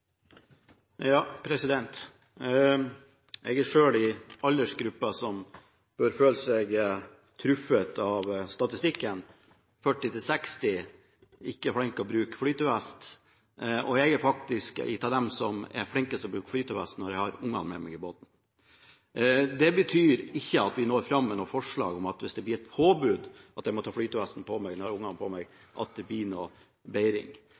i den aldersgruppa som bør føle seg truffet av statistikken: mellom 40 og 60 år, ikke flink til å bruke flytevest. Jeg er faktisk av dem som er flinkest til å bruke flytevest når jeg har ungene med meg i båten. Det betyr at vi ikke når fram med et påbud om at jeg må ta flytevesten på meg når jeg har ungene med meg – det blir ikke noen bedring. Problemet er